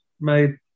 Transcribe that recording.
made